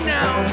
now